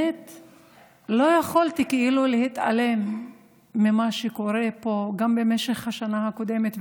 לא יכולתי כאילו להתעלם ממה שקרה פה גם במשך השנה הקודמת,